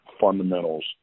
fundamentals